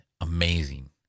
amazing